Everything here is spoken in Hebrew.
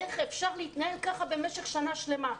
איך אפשר להתנהל כך במשך שנה שלמה?